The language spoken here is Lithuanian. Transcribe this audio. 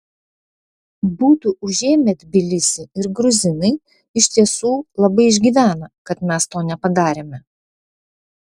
būtų užėmę tbilisį ir gruzinai iš tiesų labai išgyvena kad mes to nepadarėme